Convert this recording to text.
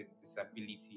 disability